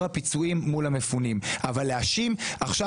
הפיצויים מול המפונים אבל להאשים עכשיו,